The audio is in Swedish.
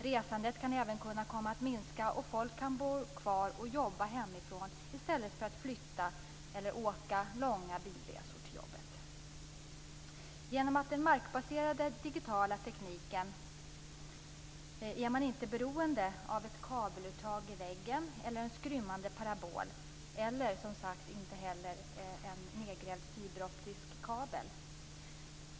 Resandet kan även minska, och folk kan bo kvar och jobba hemifrån i stället för att flytta eller ha långa bilresor till jobbet. Genom den markbaserade digitala tekniken är man inte beroende av ett kabeluttag i väggen eller en skrymmande parabol. Man behöver inte heller, som sagt, gräva ned en fiberoptisk kabel.